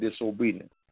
disobedience